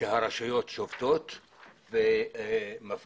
הרשויות שובתות ומפגינות.